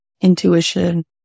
intuition